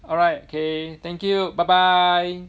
alright okay thank you bye bye